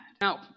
Now